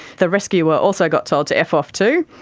the rescuer also got told to f off too.